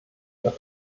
wird